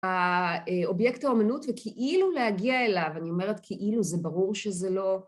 ה... אובייקט האומנות וכאילו להגיע אליו, אני אומרת כאילו, זה ברור שזה לא